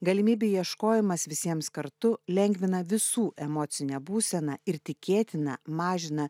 galimybių ieškojimas visiems kartu lengvina visų emocinę būseną ir tikėtina mažina